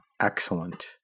Excellent